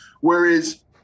whereas